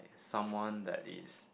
someone that is